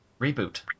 reboot